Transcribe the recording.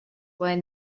why